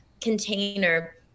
container